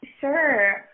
Sure